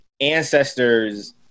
ancestors